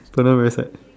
colonel very sad